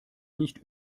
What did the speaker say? nicht